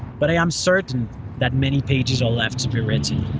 but i am certain that many pages are left to be written.